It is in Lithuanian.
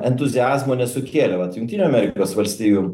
entuziazmo nesukėlė vat jungtinių amerikos valstijų